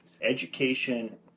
Education